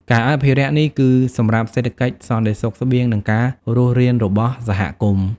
ការអភិរក្សនេះគឺសម្រាប់សេដ្ឋកិច្ច សន្តិសុខស្បៀង និងការរស់រានរបស់សហគមន៍។